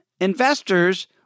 investors